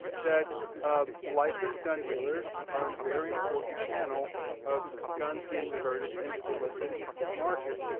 that license gun dealers are a very important channel of guns being diverted into the illicit market.